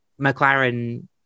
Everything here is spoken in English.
McLaren